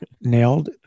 Nailed